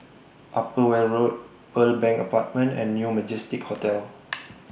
Upper Weld Road Pearl Bank Apartment and New Majestic Hotel